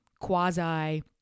quasi